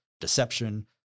deception